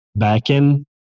backend